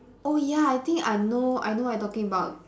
oh ya I think I know I know what you are talking about